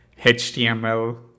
HTML